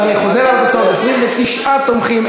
אז אני חוזר: 29 תומכים,